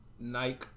Nike